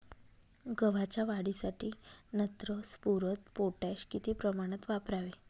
गव्हाच्या वाढीसाठी नत्र, स्फुरद, पोटॅश किती प्रमाणात वापरावे?